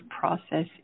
process